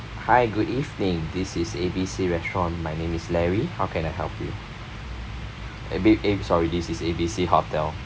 hi good evening this is A B C restaurant my name is larry how can I help you A B sorry this is A B C hotel